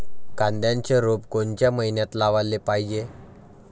कांद्याचं रोप कोनच्या मइन्यात लावाले पायजे?